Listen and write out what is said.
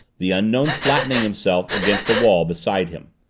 the unknown flattening himself against the wall beside him.